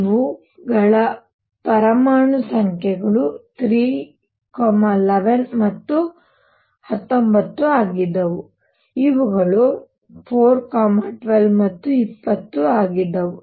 ಇವುಗಳ ಪರಮಾಣು ಸಂಖ್ಯೆಗಳು 3 11 ಮತ್ತು 19 ಆಗಿದ್ದವು ಇವುಗಳು 4 12 ಮತ್ತು 20 ಆಗಿದ್ದವು